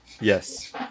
yes